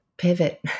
pivot